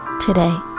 today